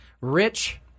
Rich